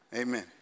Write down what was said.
amen